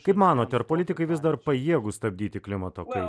kaip manote ar politikai vis dar pajėgūs stabdyti klimato kaitą